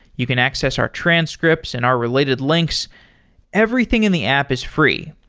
you can access our transcripts and our related links everything in the app is free,